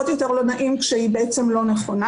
עוד יותר לא נעים כשהיא לא נכונה,